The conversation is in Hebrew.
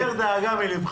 הסר דאגה מליבך.